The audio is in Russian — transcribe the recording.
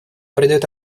придает